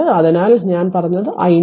അതിനാൽ ഞാൻ പറഞ്ഞത് iNorton iSC